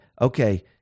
okay